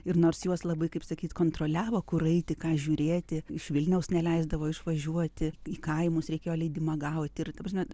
ir nors juos labai kaip sakyt kontroliavo kur eiti ką žiūrėti iš vilniaus neleisdavo išvažiuoti į kaimus reikėjo leidimą gauti ir ta prasme